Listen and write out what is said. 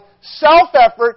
self-effort